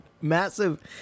massive